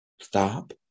Stop